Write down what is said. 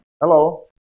Hello